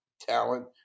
talent